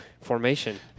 formation